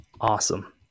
Awesome